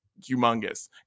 humongous